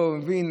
לא הבינו.